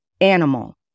animal